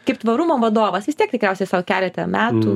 kaip tvarumo vadovas vis tiek tikriausiai sau keliate metų